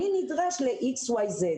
אני נדרש ל-X, Y,Z .